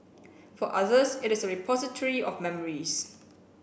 for others it is repository of memories